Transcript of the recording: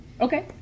Okay